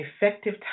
effective